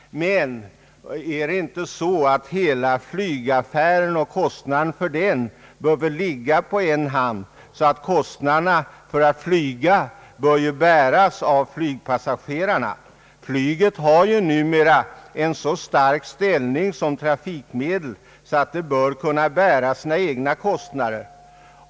Men hela flygaffären och kostnaden för den bör väl ligga på en hand. Kostnaderna för att flyga bör bäras av flygpassagerarna. Flyget har numer en så stark ställning som trafikmedel att det bör kunna bära sina egna kostnader.